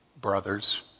brothers